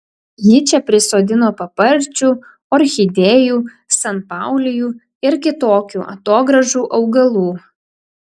ji čia prisodino paparčių orchidėjų sanpaulijų ir kitokių atogrąžų augalų